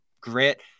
grit